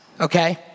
okay